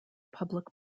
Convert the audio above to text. public